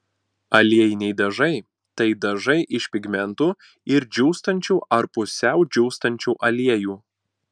aliejiniai dažai tai dažai iš pigmentų ir džiūstančių ar pusiau džiūstančių aliejų